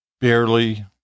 Barely